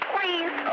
Please